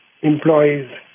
employees